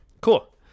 cool